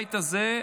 בבית הזה,